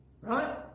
Right